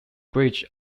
bridge